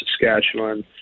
Saskatchewan